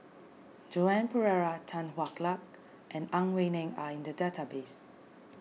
Joan Pereira Tan Hwa Luck and Ang Wei Neng are in the database